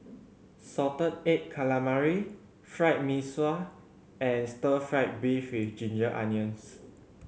salted egg calamari Fried Mee Sua and stir fried beef with ginger onions